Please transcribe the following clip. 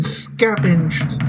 scavenged